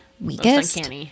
weakest